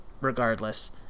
regardless